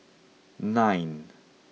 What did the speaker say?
nine